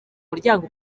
muryango